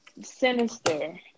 sinister